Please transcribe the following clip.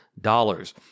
dollars